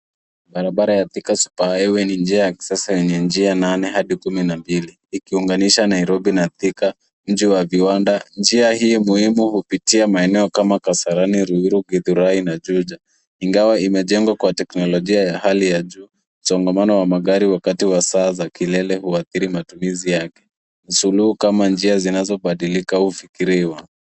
Barabara ya Thika super highway ni njia ya kisasa lenye njia nane Hadi kumi na mbili ikiunganisja Nairobi na Thika juu ya viwanda. Njia hii muhimu hupitia maeneo kama Kasrarani, Ruiru, Githurai na Juja. Ingawa imejengwa kwa teknolojia ya Hali ya juu, msongamano wa magari wakati wa saa za kilele huadhiri matumizi yake. Suluhu kama njia zinazobadilika hufikiriwa.